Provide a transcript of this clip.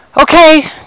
Okay